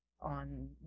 on